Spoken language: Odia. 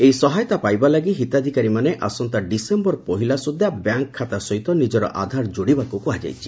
ଏହି ସହାୟତା ପାଇବା ଲାଗି ହିତାଧିକାରୀମାନେ ଆସନ୍ତା ଡିସେୟର ପହିଲା ସୁବ୍ଧା ବ୍ୟାଙ୍କ ଖାତା ସହିତ ନିଜର ଆଧାର ଯୋଡ଼ିବାକୁ କୁହାଯାଇଛି